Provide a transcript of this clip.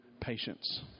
patience